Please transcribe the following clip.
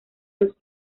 los